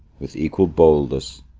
with equal boldness,